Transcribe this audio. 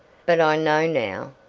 but i know now.